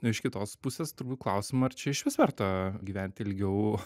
iš kitos pusės turbūt klausim ar čia išvis verta gyventi ilgiau